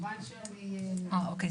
אה, אוקיי.